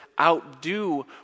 outdo